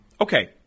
Okay